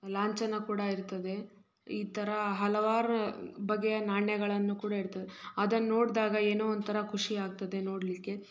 ಲಾಂಛನ ಕೂಡ ಇರ್ತದೆ ಈ ಥರ ಹಲವಾರು ಬಗೆಯ ನಾಣ್ಯಗಳನ್ನು ಕೂಡ ಇರ್ತದೆ ಅದನ್ನು ನೋಡಿದಾಗ ಏನೋ ಒಂಥರ ಖುಷಿ ಆಗ್ತದೆ ನೋಡಲಿಕ್ಕೆ